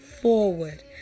forward